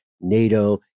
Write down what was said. NATO